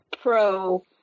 pro-